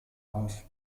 auf